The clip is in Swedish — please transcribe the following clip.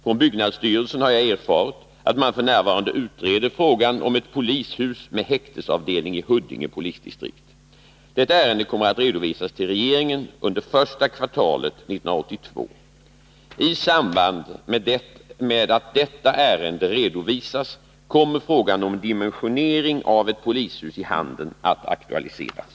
Från byggnadsstyrelsen har jag erfarit att man f. n. utreder frågan om ett polishus med häktesavdelning i Huddinge polisdistrikt. Detta ärende kommer att redovisas till regeringen under första kvartalet 1982. I samband med att detta ärende redovisas kommer frågan om dimensionering av ett polishus i Handen att aktualiseras.